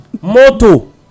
Moto